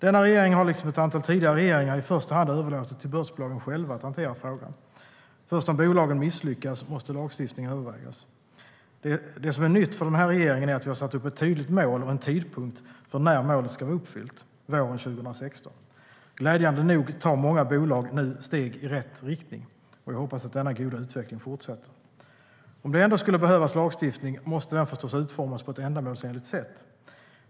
Denna regering har liksom ett antal tidigare regeringar i första hand överlåtit till börsbolagen själva att hantera frågan. Först om bolagen misslyckas måste lagstiftning övervägas. Det som är nytt för den här regeringen är att vi har satt upp ett tydligt mål och en tidpunkt för när målet ska vara uppfyllt: våren 2016. Glädjande nog tar många bolag nu steg i rätt riktning. Jag hoppas att denna goda utveckling fortsätter. Om det ändå skulle behövas lagstiftning måste den förstås utformas på ett ändamålsenligt sätt.